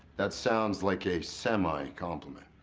that sounds like a semicompliment.